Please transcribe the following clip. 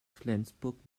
flensburg